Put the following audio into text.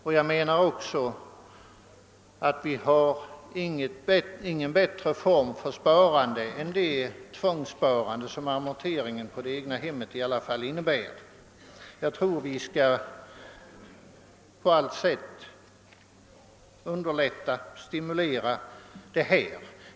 Men enligt min mening har vi inte någon bättre form för sparande än det tvångssparande som amorteringen på det egna hemmet i alla fall innebär. Jag tror att vi på allt sätt bör försöka ge stimulans.